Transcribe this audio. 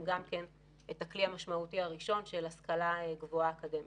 את הכלי המשמעותי הראשון של השכלה גבוהה אקדמית.